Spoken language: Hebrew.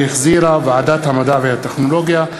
שהחזירה ועדת המדע והטכנולוגיה.